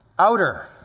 outer